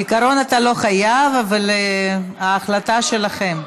בעיקרון אתה לא חייב, אבל ההחלטה שלכם.